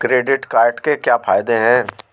Credit card के क्या फायदे हैं?